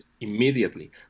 immediately